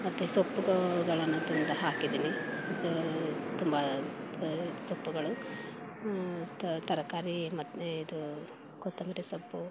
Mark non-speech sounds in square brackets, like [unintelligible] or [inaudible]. ಮತ್ತು ಸೊಪ್ಪುಗಳನ್ನು ತಂದು ಹಾಕಿದ್ದೀನಿ ತುಂಬ [unintelligible] ಸೊಪ್ಪುಗಳು ತರಕಾರಿ ಮತ್ತು ಇದು ಕೊತ್ತಂಬರಿ ಸೊಪ್ಪು